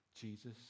Jesus